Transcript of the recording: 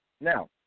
Now